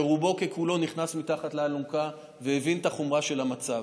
שרובו ככולו נכנס מתחת לאלונקה והבין את החומרה של המצב.